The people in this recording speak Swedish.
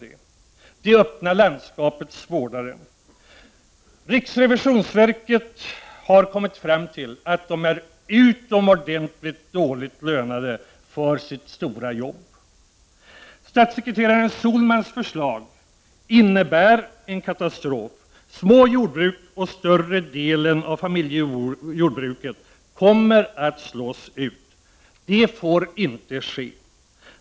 De är ju det öppna landskapets vårdare. Riksrevisionsverket har kommit fram till att de är utomordentligt dåligt lönade för sitt stora jobb. Statssekreterare Sohlmans förslag innebär en katastrof. Små jordbruk och större delen av familjejordbruken kommer att slås ut. Det får inte ske.